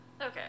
Okay